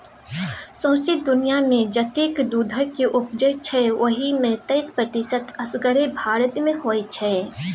सौंसे दुनियाँमे जतेक दुधक उपजै छै ओहि मे तैइस प्रतिशत असगरे भारत मे होइ छै